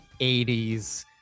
80s